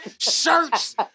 shirts